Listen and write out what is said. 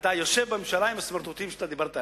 אתה יושב בממשלה עם הסמרטוטים שדיברת עליהם.